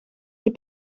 les